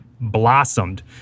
blossomed